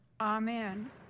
Amen